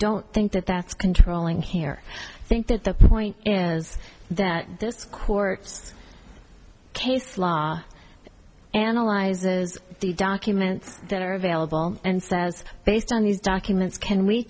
don't think that that's controlling here i think that the point is that this court's case law analyzes the documents that are available and says based on these documents can we